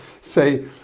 say